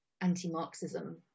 anti-Marxism